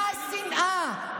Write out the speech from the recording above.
מה השנאה?